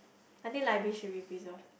I think library should be preserved